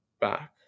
back